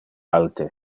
alte